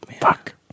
Fuck